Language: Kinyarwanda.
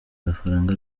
agafaranga